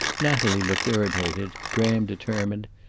natalie looked irritated, graham determined,